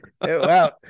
Wow